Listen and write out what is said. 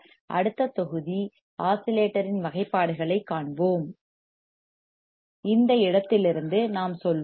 அடுத்த அத்தியாயம் ஆஸிலேட்டரின் வகைப்பாடுகளைக் காண்போம் அந்த இடத்திலிருந்து நாம் செல்வோம்